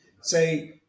say